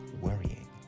worrying